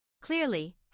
Clearly